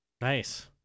nice